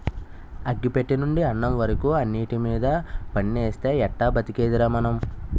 అగ్గి పెట్టెనుండి అన్నం వరకు అన్నిటిమీద పన్నేస్తే ఎట్టా బతికేదిరా మనం?